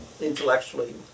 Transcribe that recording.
intellectually